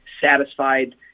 satisfied